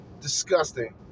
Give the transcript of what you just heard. Disgusting